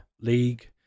league